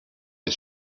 his